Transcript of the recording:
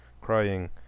crying